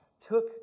took